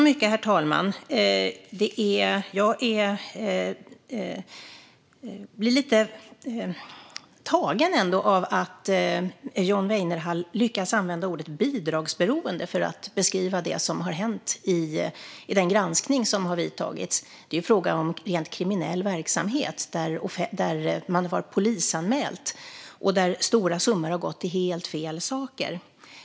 Herr talman! Jag blir ändå lite tagen av att John Weinerhall lyckas använda ordet bidragsberoende när han beskriver det som har hänt, enligt den granskning som har vidtagits. Det är fråga om rent kriminell verksamhet, som man har polisanmälts. Stora summor har gått till helt fel saker.